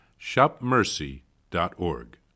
shopmercy.org